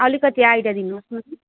अलिकति आइडिया दिनुहोस् न